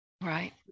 Right